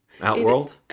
Outworld